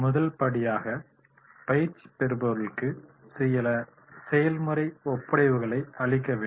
முதல் படியாக பயிற்சி பெறுபவர்களுக்கு சில செயல்முறை ஒப்படைவுகளை அளிக்க வேண்டும்